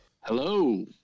Hello